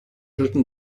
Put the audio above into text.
written